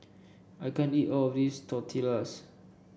I can't eat all of this Tortillas